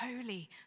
Holy